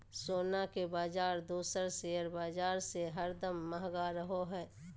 सोना के बाजार दोसर शेयर बाजार से हरदम महंगा रहो हय